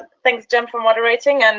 thanks, jem, for moderating. and